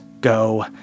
go